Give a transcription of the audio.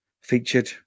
featured